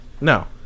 No